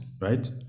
right